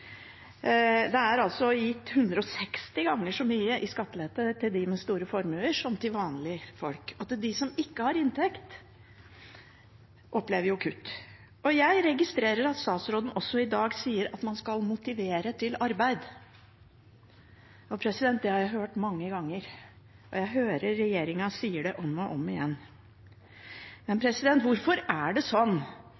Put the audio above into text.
Det er gitt 160 ganger så mye i skattelettelser til dem med store formuer som til vanlige folk. Også de som ikke har inntekt, opplever kutt. Jeg registrerer at statsråden også i dag sier at man skal motivere til arbeid. Det har jeg hørt mange ganger. Jeg hører regjeringen si det om og om igjen. Men